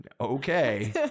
okay